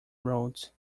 roads